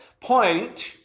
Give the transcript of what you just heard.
point